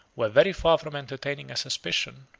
were very far from entertaining a suspicion,